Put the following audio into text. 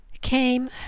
came